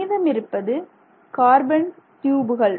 மீதமிருப்பது carbon ட்யூபுகள்